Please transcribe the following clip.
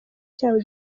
cyabo